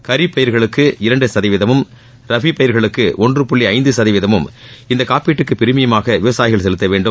கரீப் பயிர்களுக்கு இரண்டு சதவீதமும் ரபி பயிர்களுக்கு ஒன்று புள்ளி ஐந்து சதவீதமும் இந்த காப்பீட்டுக்கு பிரீமியமாக விவசாயிகள் செலுத்த வேண்டும்